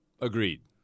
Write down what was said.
Agreed